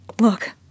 Look